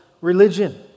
religion